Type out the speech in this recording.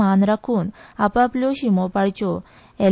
मान राखून आपआपल्यो शीमो पाळच्यो एल